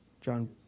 John